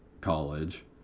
college